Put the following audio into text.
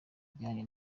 ibijyanye